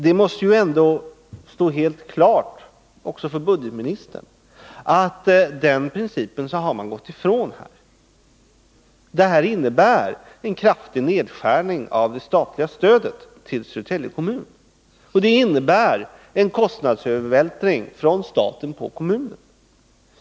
Det måste ändå stå helt klart också för budgetministern att man här har gått ifrån den principen. Beslutet innebär en kraftig nedskärning av det statliga stödet till Södertälje kommun och en kostnadsövervältring från staten till kommunen.